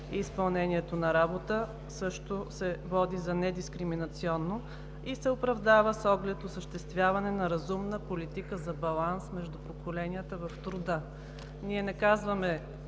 Изпълнението на работа също се води за недискриминационно и се оправдава с оглед „осъществяване на разумна политика за баланс между поколенията в труда“. Ние не казваме: